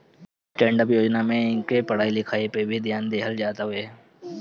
stand up योजना में इनके पढ़ाई लिखाई पअ भी ध्यान देहल जात हवे